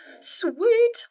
Sweet